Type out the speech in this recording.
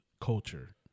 culture